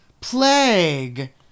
plague